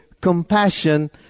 compassion